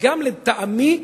וגם לטעמי,